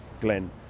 Glenn